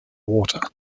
water